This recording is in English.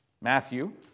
Matthew